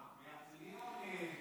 מהרצליה?